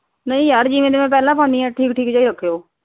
ਨਹੀਂ ਯਾਰ ਜਿਵੇਂ ਦੇ ਮੈਂ ਪਹਿਲਾਂ ਪਾਉਂਦੀ ਹਾਂ ਠੀਕ ਠੀਕ ਜਿਹੇ ਰੱਖਿਓ